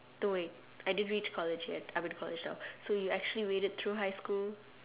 no wait I didn't reach college yet I'm in college now so you actually made it through high school